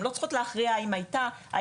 הן לא צריכות להכריע האם הייתה פגיעה,